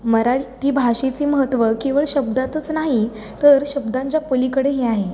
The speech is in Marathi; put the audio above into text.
मराठी भाषेचे महत्त्व केवळ शब्दातच नाही तर शब्दांच्या पलीकडेही आहे